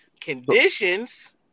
Conditions